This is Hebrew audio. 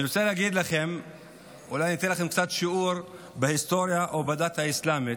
אני רוצה להגיד לכם אולי אתן לכם קצת שיעור בהיסטוריה או בדת האסלאמית.